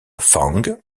fang